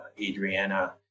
Adriana